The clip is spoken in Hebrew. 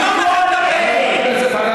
אני